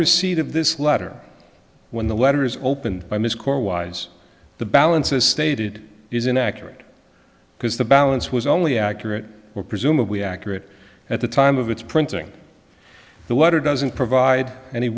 receipt of this letter when the letter is opened by misc or wise the balance as stated is inaccurate because the balance was only accurate were presumably accurate at the time of its printing the water doesn't provide any